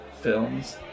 films